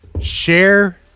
Share